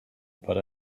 but